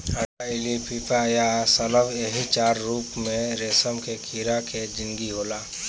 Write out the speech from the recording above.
अंडा इल्ली प्यूपा आ शलभ एही चार रूप में रेशम के कीड़ा के जिनगी होला